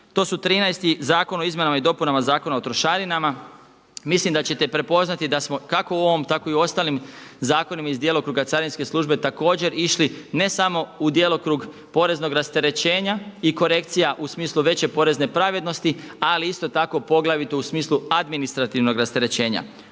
To su 13. zakona o izmjenama i dopunama Zakona o trošarinama. Mislim da ćete prepoznati da smo kako u ovom tako i u ostalim zakonima iz djelokruga carinske službe također išli ne samo u djelokrug poreznog rasterećenja i korekcija u smislu veće porezne pravednosti ali isto tako poglavito u smislu administrativnog rasterećenja.